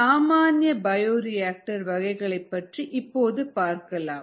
சில சாமானிய பயோரியாக்டர் வகைகளைப் பற்றி இப்போது பார்க்கலாம்